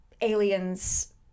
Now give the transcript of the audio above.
aliens